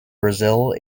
brazil